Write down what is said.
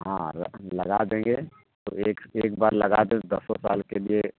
हाँ लगा देंगे तो एक एक बार लगा के दसों साल के लिए